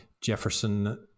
Jefferson